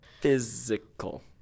physical